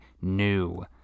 new